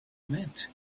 meant